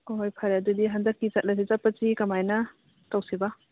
ꯍꯣꯏ ꯍꯣꯏ ꯐꯔꯦ ꯑꯗꯨꯗꯤ ꯍꯟꯗꯛꯀꯤ ꯆꯠꯄꯁꯨ ꯆꯠꯂꯁꯤ ꯀꯃꯥꯏꯅ ꯇꯧꯁꯦꯕ